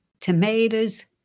tomatoes